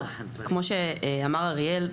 כמו שאמר אריאל,